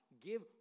give